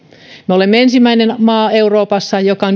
olemme ensimmäinen maa euroopassa joka